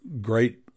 great